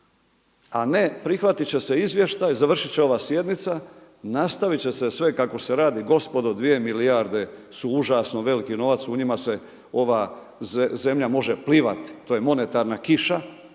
a ne prihvatit će se izvještaj, završit će ova sjednica, nastavit će se sve kako se radi gospodo 2 milijarde su užasno veliki novac. U njima se ova zemlja može plivat, to je monetarna kiša.